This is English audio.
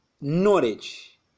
knowledge